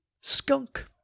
Skunk